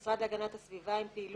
עם המשרד להגנת הסביבה עם פעילות,